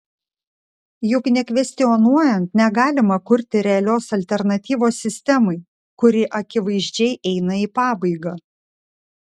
juk nekvestionuojant negalima kurti realios alternatyvos sistemai kuri akivaizdžiai eina į pabaigą